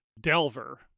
Delver